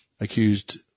accused